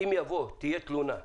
אם תהיה תלונה,